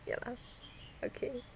ya lah okay